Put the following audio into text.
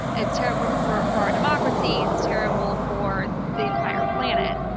it's terrible for for our democracy. it's terrible for the entire planet.